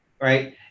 right